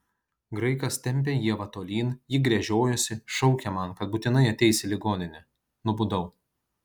graikas tempė ievą tolyn ji gręžiojosi šaukė man kad būtinai ateis į ligoninę nubudau